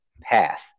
path